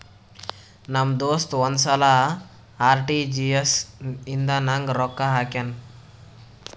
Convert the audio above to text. ನಮ್ ದೋಸ್ತ ಒಂದ್ ಸಲಾ ಆರ್.ಟಿ.ಜಿ.ಎಸ್ ಇಂದ ನಂಗ್ ರೊಕ್ಕಾ ಹಾಕ್ಯಾನ್